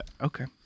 okay